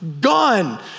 gone